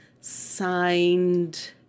Signed